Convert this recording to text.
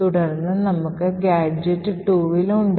തുടർന്ന് നമുക്ക് ഗാഡ്ജെറ്റ് 2 ഉണ്ട്